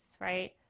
right